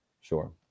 Sure